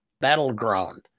Battleground